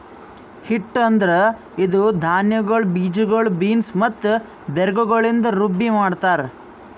ಹಿಟ್ಟು ಅಂದುರ್ ಇದು ಧಾನ್ಯಗೊಳ್, ಬೀಜಗೊಳ್, ಬೀನ್ಸ್ ಮತ್ತ ಬೇರುಗೊಳಿಂದ್ ರುಬ್ಬಿ ಮಾಡ್ತಾರ್